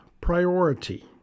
priority